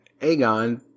aegon